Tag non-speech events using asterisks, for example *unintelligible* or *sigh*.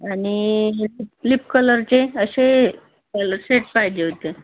आणि *unintelligible* लिप कलरचे अशे यलो शेड्स पाहिजे होते